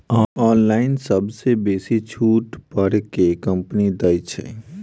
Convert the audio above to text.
Online सबसँ बेसी छुट पर केँ कंपनी दइ छै?